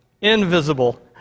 invisible